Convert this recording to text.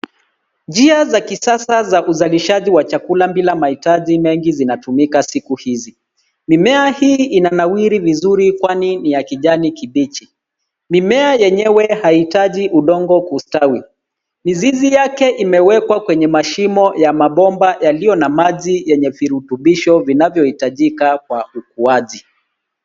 Njia za kisasa za uzalishaji wa chakula bila mahitaji mengi zinatumika siku hizi. Mimea hii inanawiri vizuri kwani ni ya kijani kibichi. Mimea yenyewe haihitaji udongo kustawi. Mizizi yake imewekwa kwenye mashimo ya mabomba yaliyo na maji yenye virutubisho vinavyohitajika kwa ukuaji.